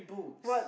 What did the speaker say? what